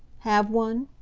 have one?